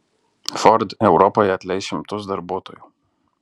ford europoje atleis šimtus darbuotojų